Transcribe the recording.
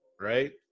right